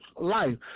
Life